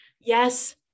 yes